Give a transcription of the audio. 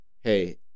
hey